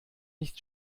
nicht